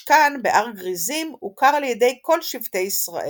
המשכן, בהר גריזים, הוכר על ידי כל שבטי ישראל.